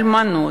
אלמנות,